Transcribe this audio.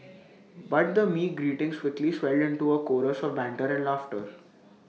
but the meek greetings quickly swelled into A chorus of banter and laughter